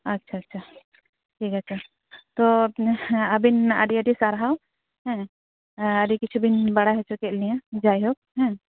ᱟᱪᱪᱷᱟ ᱟᱪᱪᱷᱟ ᱴᱷᱤᱠ ᱟᱪᱷᱮ ᱛᱚ ᱟᱵᱤᱱ ᱟᱹᱰᱤ ᱟᱹᱰᱤ ᱥᱟᱨᱦᱟᱣ ᱦᱮᱸ ᱟᱨ ᱟᱹᱰᱤ ᱠᱤᱪᱷᱩ ᱵᱤᱱ ᱵᱟᱲᱟᱭ ᱦᱚᱪᱚ ᱠᱮᱫ ᱞᱤᱧᱟᱹ ᱡᱟᱭᱦᱳᱠ ᱦᱮᱸ